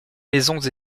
maisons